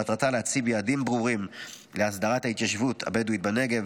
שמטרתה להציב יעדים ברורים להסדרת ההתיישבות הבדואית בנגב,